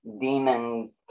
demons